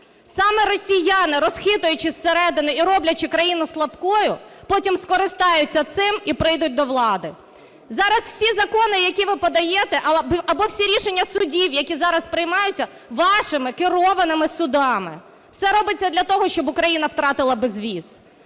Саме росіяни, розхитуючи зсередини і роблячи країну слабкою, потім скористаються цим і прийдуть до влади. Зараз всі закони, які ви подаєте, або всі рішення судів, які зараз приймаються вашими керованими судами, все робиться для того, щоб Україна втратила безвіз.